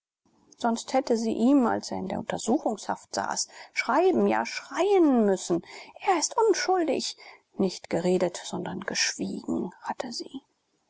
sonst hätte sie ihm als er in der untersuchungshaft saß schreiben ja schreien müssen er ist unschuldig nicht geredet sondern geschwiegen hatte sie